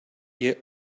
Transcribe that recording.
yet